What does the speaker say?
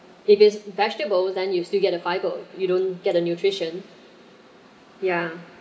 if is vegetable then you still get the fibre you don't get the nutrition ya